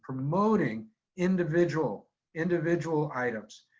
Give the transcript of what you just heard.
promoting individual individual items,